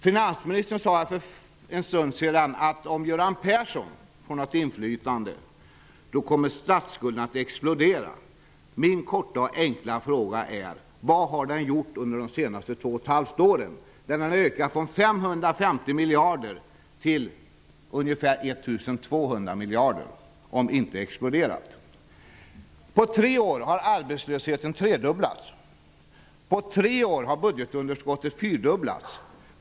Finansministern sade för en stund sedan att om Göran Persson får något inflytande då kommer statsskulden att explodera. Min korta och enkla fråga är: Vad har den gjort under de senaste två och ett halvt åren? Den har ökat från 550 miljarder till ungefär 1 200 miljarder. Vad har den gjort om inte exploderat? På tre år har arbetslösheten tredubblats. På tre år har budgetunderskottet fyrdubblats.